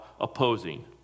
opposing